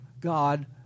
God